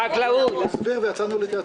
הוא הסביר ויצאנו להתייעצות סיעתית.